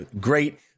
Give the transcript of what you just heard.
great